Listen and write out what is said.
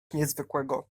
niezwykłego